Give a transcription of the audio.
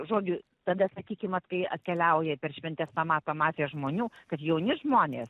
žodžiu tada sakykim vat kai atkeliauja per šventes pamato masė žmonių ir jauni žmonės